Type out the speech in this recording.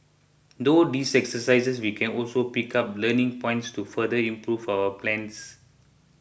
through these exercises we can also pick up learning points to further improve our plans